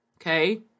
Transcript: okay